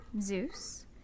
Zeus